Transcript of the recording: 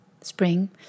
spring